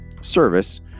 service